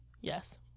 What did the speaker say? Yes